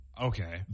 Okay